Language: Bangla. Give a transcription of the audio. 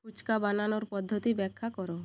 ফুচকা বানানোর পদ্ধতি ব্যাখ্যা কর